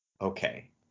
Okay